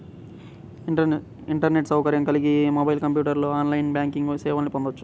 internet సౌకర్యం కలిగిన mobile, కంప్యూటర్లో ఆన్లైన్ బ్యాంకింగ్ సేవల్ని పొందొచ్చు